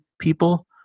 people